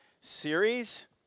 series